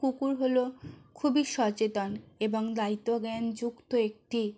কুকুর হলো খুবই সচেতন এবং দায়িত্বজ্ঞানযুক্ত একটি